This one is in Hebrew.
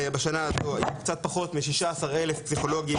בשנה הזו היו קצת פחות מ-16 אלף פסיכולוגים